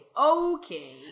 Okay